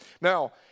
Now